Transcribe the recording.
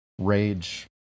rage